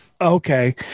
okay